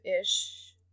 ish